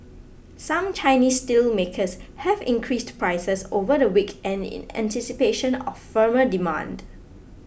some Chinese steelmakers have increased prices over the week and in anticipation of firmer demand